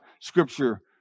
Scripture